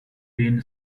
dean